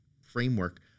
framework